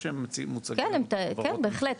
כן, בהחלט.